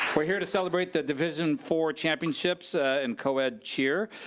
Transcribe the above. we're here to celebrate the division four championships ah in co-ed cheer,